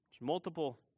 Multiple